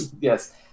Yes